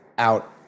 out